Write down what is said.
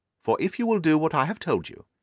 for if you will do what i have told you,